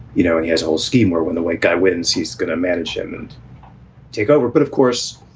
you know, he has a whole scheme where when the white guy wins, he's going to manage and take over. but of course,